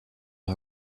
her